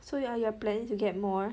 so you are planning to get more